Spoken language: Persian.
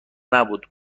نبود